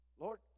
Lord